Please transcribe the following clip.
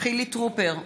חילי טרופר,